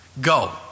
Go